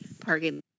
Parking